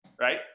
Right